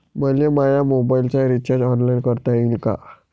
मले माया मोबाईलचा रिचार्ज ऑनलाईन करता येईन का?